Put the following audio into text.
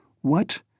What